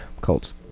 Colts